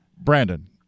Brandon